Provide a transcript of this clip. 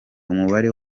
umubare